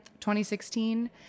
2016